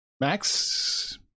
Max